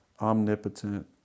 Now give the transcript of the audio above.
omnipotent